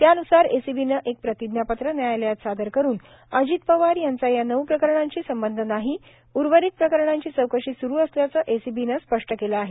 त्यान्सार एसीबीनं एक प्रतिज्ञापत्र न्यायालयात सादर करून अजित पवार यांचा या नऊ प्रकरणांशी संबंध नाही उर्वरित प्रकरणांची चौकशी सुरू असल्याचं एसीबीने स्पष्ट केलं आहे